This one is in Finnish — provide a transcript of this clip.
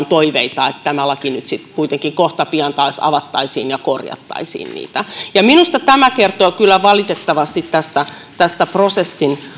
toiveita että tämä laki nyt sitten kuitenkin kohta pian taas avattaisiin ja niitä korjattaisiin minusta tämä kertoo kyllä valitettavasti tästä tästä prosessin